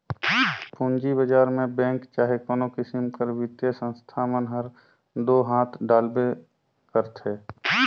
पूंजी बजार में बेंक चहे कोनो किसिम कर बित्तीय संस्था मन हर दो हांथ डालबे करथे